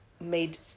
made